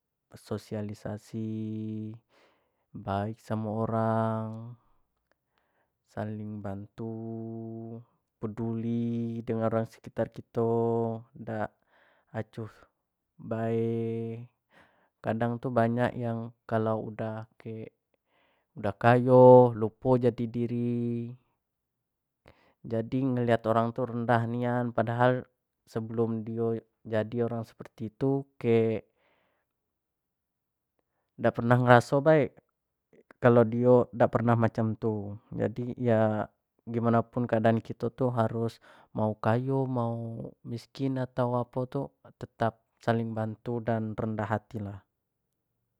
Sosialisasi baik sama orang saling bantu peduli dengan orang sekitar kita ndak acuh bae kadang tuh banyak yang kalau udah kaya lupo jadi diri jadi ngelihat orang tuh rendah nian padahal sebelum dia jadi orang seperti itu ndak pernah ngaso bae kalau dia nggak pernah macam tuh jadi ya gimana pun keadaan gitu tuh harus mau kayo mau miskin atau apa tuh tetap saling bantu dan rendah hati lah